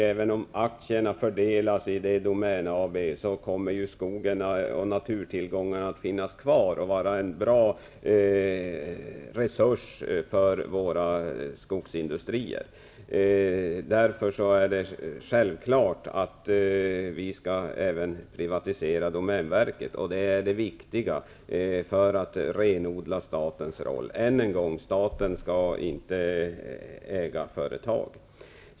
Även om aktierna fördelas i detta Domän AB, kommer skogen och naturtillgångarna att finnas kvar och vara en bra resurs för våra skogsindustrier. Därför är det självklart att vi även skall privatisera domänverket. Det är det viktiga för att renodla statens roll. Än en gång: Staten skall inte äga företag.